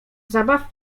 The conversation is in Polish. zabaw